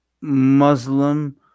Muslim